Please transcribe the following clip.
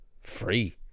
free